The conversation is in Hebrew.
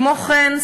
כמו כן,